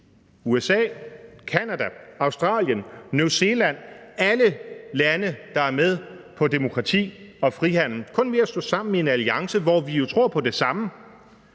USA, Canada, Australien, New Zealand; alle lande, der er med på demokrati og frihandel – i en alliance, hvor vi jo tror på det samme,